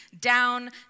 down